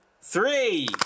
three